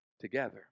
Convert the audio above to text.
together